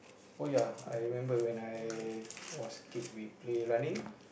oh ya I remember when I was kid we play running